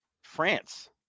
France